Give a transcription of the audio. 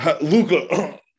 Luca